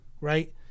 Right